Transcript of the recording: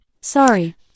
Sorry